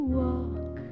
walk